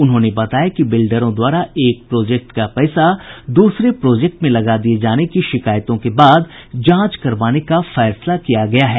उन्होंने बताया कि बिल्डरों द्वारा एक प्रोजेक्ट का पैसा दूसरे प्रोजेक्ट में लगा दिये जाने की शिकायतों के बाद जांच करवाने का फैसला किया गया है